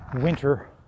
winter